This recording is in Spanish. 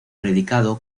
predicado